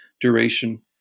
duration